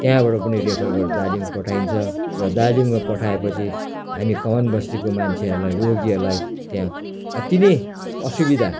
त्यहाँबाट पनि रेफर गरेर दार्जिलिङ पठाइन्छ र दार्जिलिङमा पठाएपछि हामी कमान बस्तीको मान्छेहरूलाई रोगीहरूलाई त्यहाँ अति नै असुविधा